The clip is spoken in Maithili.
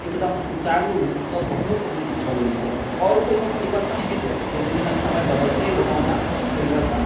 एकदम सुचारु रूपसँ बहुत नीक भऽ गेल छै आओर ओहिमे परिवर्तन हेतै जेना जेना समय बदलतै ओना ओना परिवर्तन